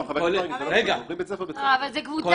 חבר הכנסת מרגי, זה לא מדגמי, זה בית ספר-בית ספר.